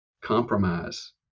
compromise